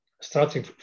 starting